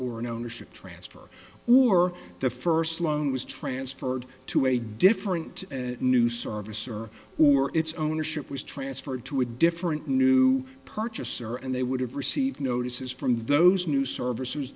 or an ownership transfer or the first loan was transferred to a different new service or who or its ownership was transferred to a different new purchaser and they would have received notices from those new services